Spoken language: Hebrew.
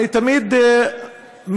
אני תמיד מתפלא,